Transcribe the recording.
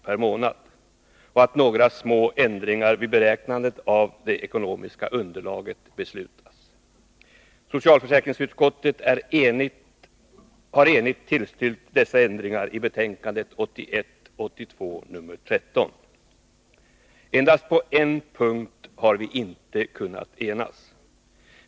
per månad och att några små ändringar vid beräknandet av det ekonomiska underlaget beslutas. Socialförsäkringsutskottet har i sitt betänkande 1981/82:13 enigt tillstyrkt dessa ändringar. Endast på en punkt har vi inte kunnat enas i utskottet.